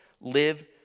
Live